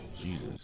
Jesus